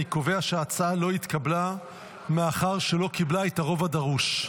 אני קובע שההצעה לא התקבלה מאחר שלא קיבלה את הרוב הדרוש.